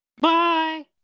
Bye